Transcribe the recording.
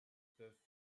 peuvent